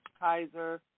Kaiser